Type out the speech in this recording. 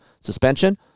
suspension